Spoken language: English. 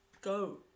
go